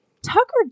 tucker